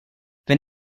wenn